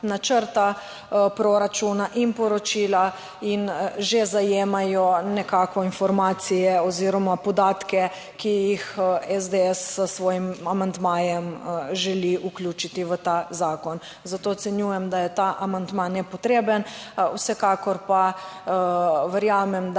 načrta proračuna in poročila in že zajemajo nekako informacije oziroma podatke, ki jih SDS s svojim amandmajem želi vključiti v ta zakon. Zato ocenjujem, da je ta amandma nepotreben. Vsekakor pa verjamem, da